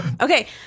Okay